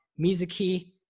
Mizuki